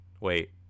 Wait